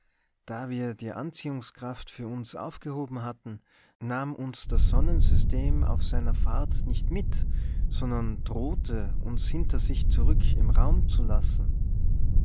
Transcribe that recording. da wir die anziehungskraft für uns aufgehoben hatten nahm uns das sonnensystem auf seiner fahrt nicht mit sondern drohte uns hinter sich zurück im raum zu lassen